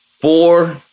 four